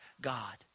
God